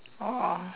oh